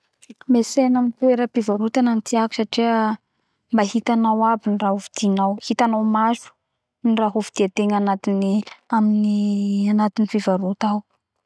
Metsena amy toera pivarota ny tiako satria mba hitanao aby raha hovidinao hitanao maso ny raha hoviditegna anatiny aminy anaty fivarota ao